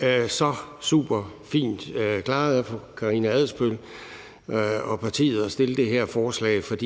Det er så superfint klaret af fru Karina Adsbøl og partiet at fremsætte det her forslag, for